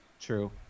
True